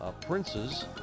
prince's